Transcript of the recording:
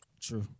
True